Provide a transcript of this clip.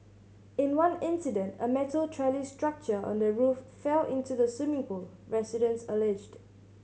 in one incident a metal trellis structure on the roof fell into the swimming pool residents alleged